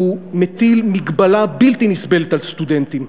והוא מטיל מגבלה בלתי נסבלת על סטודנטים.